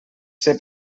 ser